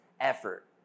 effort